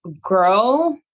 grow